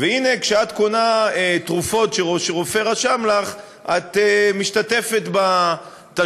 והנה כשאת קונה תרופה שרופא רשם לך את משתתפת בתשלום,